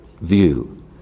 view